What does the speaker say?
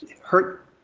hurt